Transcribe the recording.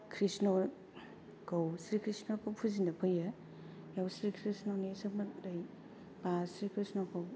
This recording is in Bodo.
कृष्णखौ श्रीकृष्णखौ फुजिनो फैयो बेयाव श्रीकृष्णनि सोमोन्दै बा श्रीकृष्णखौ